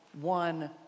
one